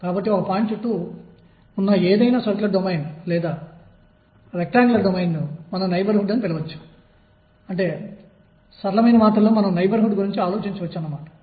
కాబట్టి quantum mechanics ను వర్తింపజేయడానికి ఇది సరైన పరిస్థితి అనిపిస్తుంది